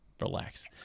relax